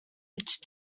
which